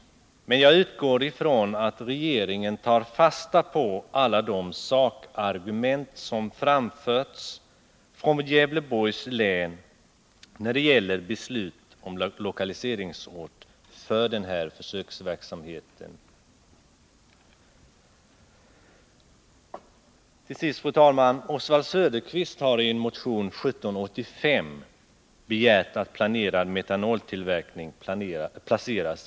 Men jag utgår från att regeringen tar fasta på alla de sakargument som framförts från Gävleborgs län när det gäller beslut om lokaliseringsort för den här försöksverksamheten. Till sist, fru talman! Oswald Söderqvist har i motion 1785 begärt att planerad metanoltillverkning placeras i Karlholm.